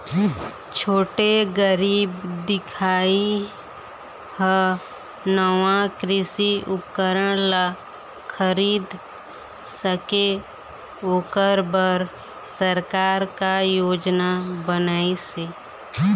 छोटे गरीब दिखाही हा नावा कृषि उपकरण ला खरीद सके ओकर बर सरकार का योजना बनाइसे?